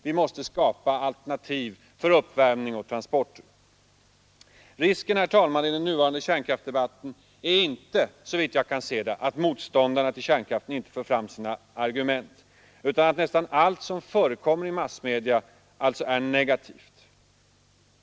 Vi måste skapa alternativ för uppvärmning och transport. Risken, herr talman, i den nuvarande kärnkraftsdebatten är inte — såvitt jag kan se det — att motståndarna till kärnkraften inte för fram sina argument, utan att nästan allt som förekommer i massmedia är negativt.